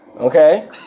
okay